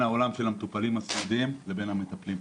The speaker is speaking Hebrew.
העולם של המטופלים הסיעודיים לבין המטפלים.